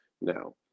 now